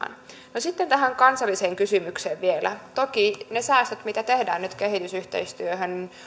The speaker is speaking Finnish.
no sitten tähän kansalliseen kysymykseen vielä toki ne säästöt mitä tehdään nyt kehitysyhteistyöhön